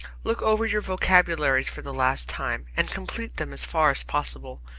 look over your vocabularies for the last time, and complete them as far as possible.